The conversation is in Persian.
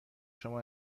شما